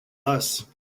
bus